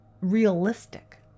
realistic